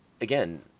again